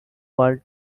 world